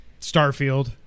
Starfield